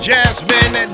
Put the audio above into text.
Jasmine